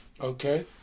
Okay